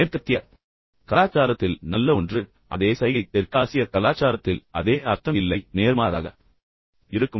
மேற்கத்திய கலாச்சாரத்தில் நல்ல ஒன்று அதே சைகை தெற்காசிய கலாச்சாரத்தில் அதே அர்த்தம் இல்லை மற்றும் நேர்மாறாக இருக்கும்